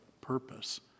purpose